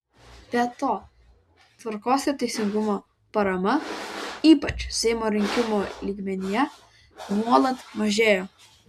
be to tvarkos ir teisingumo parama ypač seimo rinkimų lygmenyje nuolat mažėjo